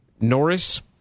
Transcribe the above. Norris